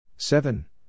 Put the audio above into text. Seven